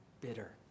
Bitter